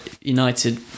United